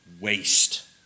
waste